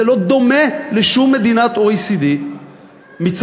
זה לא דומה לשום מדינת OECD. אבל יש לזה,